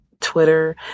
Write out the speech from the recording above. Twitter